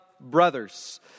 brothers